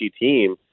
team